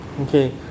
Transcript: Okay